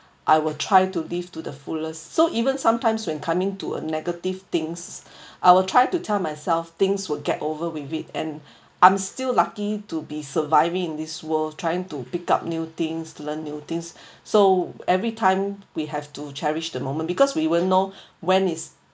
I will try to live to the fullest so even sometimes when coming to a negative things I will try to tell myself things will get over with it and I'm still lucky to be surviving in this world trying to pick up new things learn new things so every time we have to cherish the moment because we won't know when is